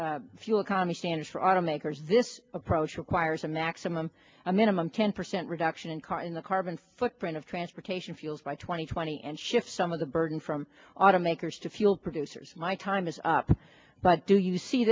fuel economy standards for automakers this approach requires a maximum a minimum ten percent reduction in car in the carbon footprint of transportation fuels by two thousand and twenty and shift some of the burden from automakers to fuel producers my time is up but do you see